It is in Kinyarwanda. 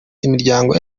imiryango